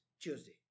Tuesday